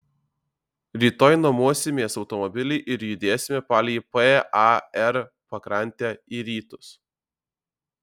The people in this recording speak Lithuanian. rytoj nuomosimės automobilį ir judėsime palei par pakrantę į rytus